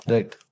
Right